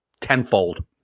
tenfold